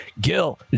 Gil